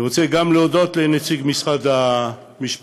אני רוצה להודות גם לנציג משרד המשפטים